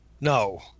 No